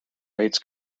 rates